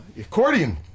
Accordion